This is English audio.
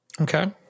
Okay